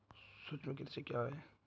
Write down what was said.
सूक्ष्म कृषि क्या है?